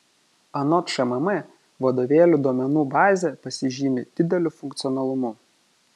anot šmm vadovėlių duomenų bazė pasižymi dideliu funkcionalumu